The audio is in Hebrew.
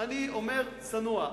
אני אומר צנוע,